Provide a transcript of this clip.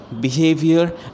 behavior